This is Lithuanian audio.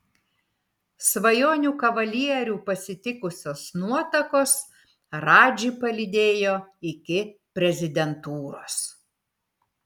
svajonių kavalierių pasitikusios nuotakos radžį palydėjo iki prezidentūros